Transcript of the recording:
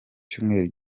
cyumweru